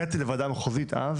הגעתי לוועדה המחוזית אז